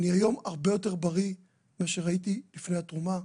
אני היום הרבה יותר בריא מאשר הייתי לפני התרומה.